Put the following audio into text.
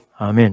Amen